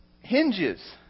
Hinges